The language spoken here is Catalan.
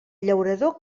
llaurador